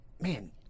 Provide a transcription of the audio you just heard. man